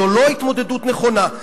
זו לא התמודדות נכונה.